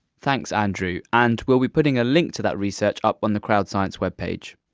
thanks andrew and we'll be putting a link to that research up on the crowdscience web page.